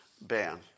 ban